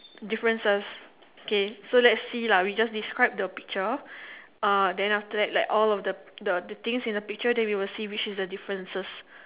differences K so let's see lah we just describe the picture uh then after that all of the the the things in the picture then we will see which is the differences